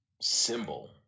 symbol